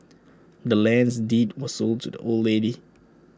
the land's deed was sold to the old lady